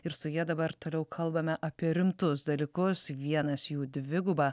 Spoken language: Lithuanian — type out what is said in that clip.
ir su ja dabar toliau kalbame apie rimtus dalykus vienas jų dviguba